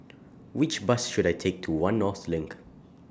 Which Bus should I Take to one North LINK